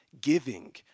giving